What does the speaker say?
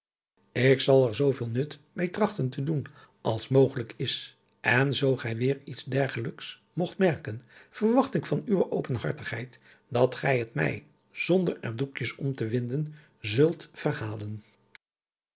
ik zal er zooveel nut meê trachten te doen als mogelijk is en zoo gij weêr iets dergelijks mogt merken verwacht ik van uwe opehartigheid dat gij het mij zonder er doekjes om te winden zult